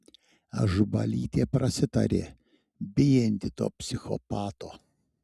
ažubalytė prasitarė bijanti to psichopato